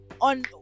on